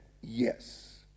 yes